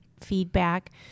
feedback